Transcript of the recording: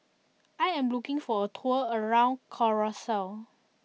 I am looking for a tour around Curacao